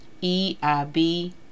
E-I-B